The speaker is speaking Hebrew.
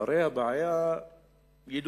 הרי הבעיה ידועה,